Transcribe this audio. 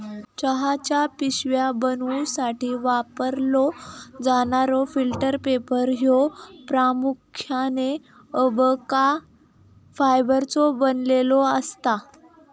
चहाच्या पिशव्या बनवूसाठी वापरलो जाणारो फिल्टर पेपर ह्यो प्रामुख्याने अबका फायबरचो बनलेलो असता